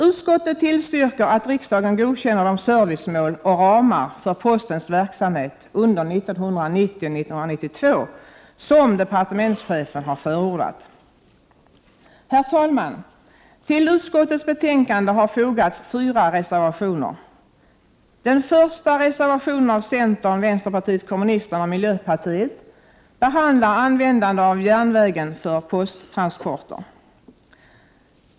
Utskottet tillstyrker att riksdagen godkänner de servicemål och ramar för postens verksamhet under 1990—1992 som departementschefen har förordat. Herr talman! Till utskottets betänkande har fogats fyra reservationer. Den första reservationen av centern, vänsterpartiet kommunisterna och miljöpartiet behandlar användande av järnvägen för posttransporter.